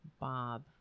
Bob